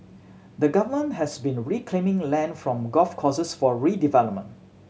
the Government has been reclaiming land from golf courses for redevelopment